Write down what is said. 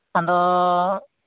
ᱟᱫᱚ